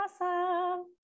Awesome